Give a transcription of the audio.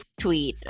tweet